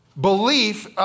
belief